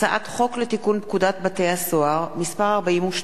הצעת חוק לתיקון פקודת בתי-הסוהר (מס' 42)